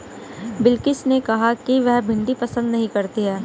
बिलकिश ने कहा कि वह भिंडी पसंद नही करती है